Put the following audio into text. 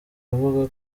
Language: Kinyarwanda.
avuga